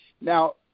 Now